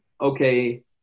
okay